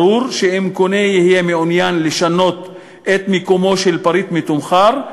ברור שאם קונה יהיה מעוניין לשנות את מקומו של פריט מתומחר,